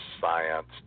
science